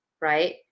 right